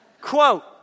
Quote